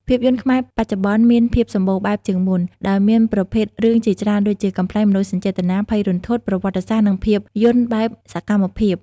ភាពយន្តខ្មែរបច្ចុប្បន្នមានភាពសម្បូរបែបជាងមុន ដោយមានប្រភេទរឿងជាច្រើនដូចជា កំប្លែង មនោសញ្ចេតនា ភ័យរន្ធត់ ប្រវត្តិសាស្ត្រ និងភាពយន្តបែបសកម្មភាព។